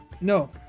No